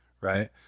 right